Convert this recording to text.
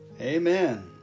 Amen